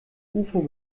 ufo